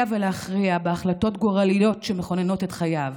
ולהכריע בהחלטות גורליות שמכוננות את חייו.